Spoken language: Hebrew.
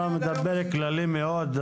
אתה מדבר באופן כללי מאוד.